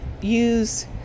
use